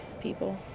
people